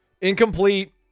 Incomplete